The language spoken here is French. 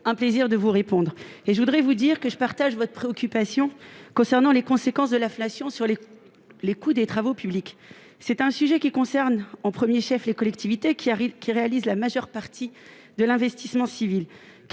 un plaisir de vous répondre. Je partage votre préoccupation concernant les conséquences de l'inflation sur les coûts des travaux publics. C'est un sujet qui concerne en premier chef les collectivités, lesquelles réalisent la majeure partie de l'investissement civil.